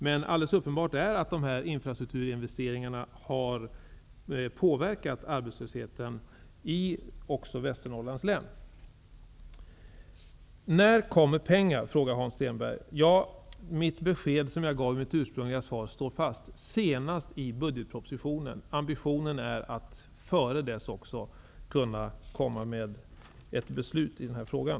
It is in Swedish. Men alldeles uppenbart har dessa investeringar i infrastrukturen påverkat arbetslösheten också i När kommer pengar? frågar Hans Stenberg. Mitt besked, som jag gav i mitt ursprungliga svar, står fast: senast i budgetpropositionen. Ambitionen är att innan dess komma med ett beslut i den här frågan,